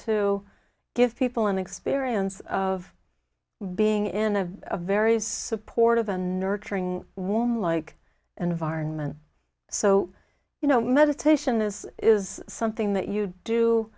to give people an experience of being in a very supportive and nurturing warm like and environment so you know meditation this is something that you do